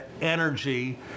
energy